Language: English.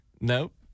Nope